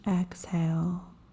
exhale